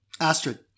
Astrid